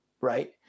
Right